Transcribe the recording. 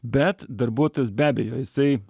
bet darbuotojas be abejo jisai